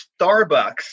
Starbucks